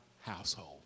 household